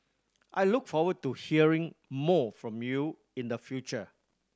I look forward to hearing more from you in the future